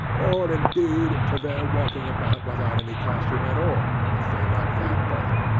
or, indeed, to their walking about without any costume at all, if they liked that better.